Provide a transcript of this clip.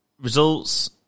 results